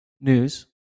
news